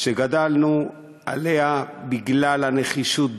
גדלנו עליה בגלל הנחישות,